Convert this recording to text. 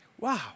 Wow